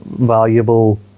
valuable